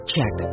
Check